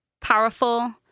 powerful